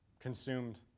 consumed